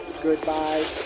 Goodbye